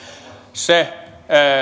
se